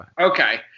okay